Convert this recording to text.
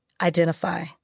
identify